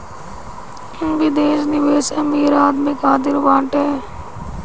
विदेश निवेश अमीर आदमी खातिर बाटे